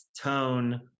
tone